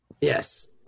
Yes